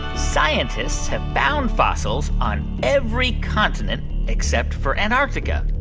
scientists have found fossils on every continent except for antarctica?